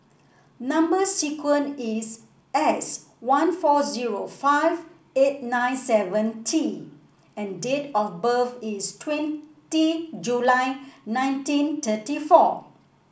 number sequence is S one four zero five eight nine seven T and date of birth is twenty July nineteen thirty four